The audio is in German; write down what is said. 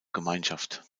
gemeinschaft